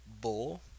bull